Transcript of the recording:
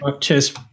cheers